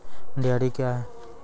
Dairy क्या हैं?